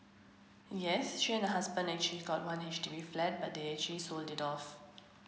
yes she and her husband actually got one H_D_B flat but they actually sold it off